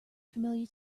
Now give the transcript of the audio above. familiar